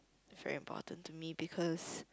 very important to me because